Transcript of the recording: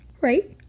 right